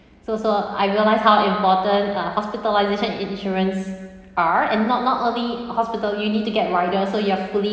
so so I realise how important uh hospitalisation insurance are and not not only hospital you need to get rider so you are fully